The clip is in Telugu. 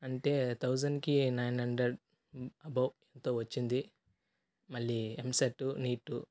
అంటే థౌజండ్కి నైన్ హండ్రెడ్ అబౌవ్ ఎంతొ వచ్చింది మళ్ళీ ఎంసెటు నీటు